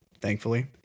thankfully